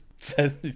says